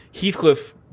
heathcliff